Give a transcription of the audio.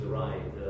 right